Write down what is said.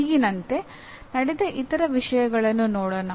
ಈಗಿನಂತೆ ನಡೆದ ಇತರ ವಿಷಯಗಳನ್ನು ನೋಡೋಣ